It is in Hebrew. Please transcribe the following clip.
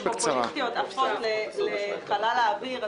פופוליסטיות עפות פה לחלל האוויר.